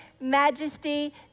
majesty